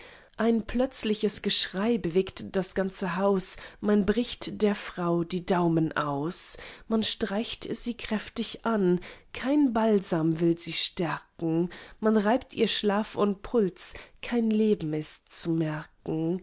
ein plötzliches geschrei bewegt das ganze haus man bricht der frau die daumen aus man streicht sie kräftig an kein balsam will sie stärken man reibt ihr schlaf und puls kein leben ist zu merken